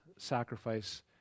sacrifice